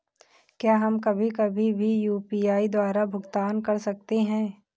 क्या हम कभी कभी भी यू.पी.आई द्वारा भुगतान कर सकते हैं?